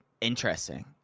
interesting